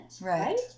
right